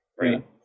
Right